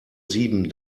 sieben